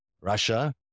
Russia